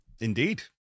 Indeed